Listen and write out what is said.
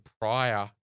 prior